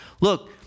Look